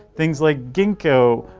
things like ginkgo,